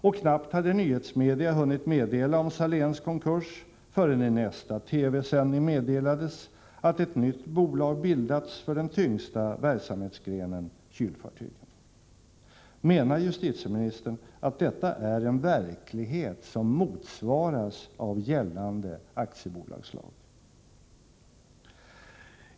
Och knappt hade nyhetsmedia hunnit meddela om Saléns konkurs förrän i nästa TV-sändning meddelades att ett nytt bolag bildats för den tyngsta verksamhetsgrenen, kylfartygen. Menar justitieministern att detta är en verklighet som motsvaras av gällande aktiebolagslag?